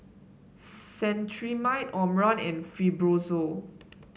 Cetrimide Omron and Fibrosol